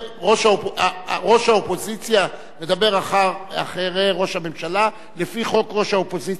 ראש האופוזיציה מדבר אחרי ראש הממשלה לפי חוק ראש האופוזיציה,